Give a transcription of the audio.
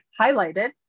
highlighted